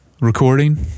recording